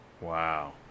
Wow